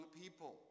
people